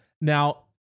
Now